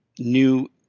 new